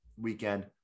weekend